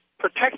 protect